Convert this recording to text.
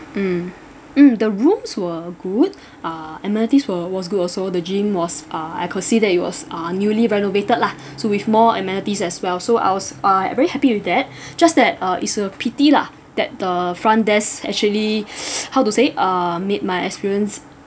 mm mm the rooms were good uh amenities were was good also the gym was uh I could see that it was uh newly renovated lah so with more amenities as well so I was uh very happy with that just that uh it's a pity lah that the front desk actually how to say uh made my experience